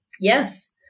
Yes